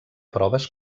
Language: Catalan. proves